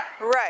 Right